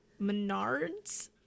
Menards